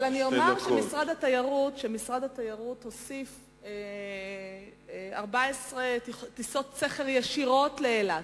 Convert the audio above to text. אבל אני אומר שמשרד התיירות הוסיף 14 טיסות שכר ישירות לאילת.